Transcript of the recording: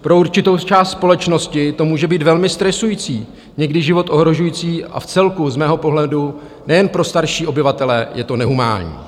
Pro určitou část společnosti to může být velmi stresující, někdy život ohrožující a vcelku z mého pohledu nejen pro starší obyvatele je to nehumánní.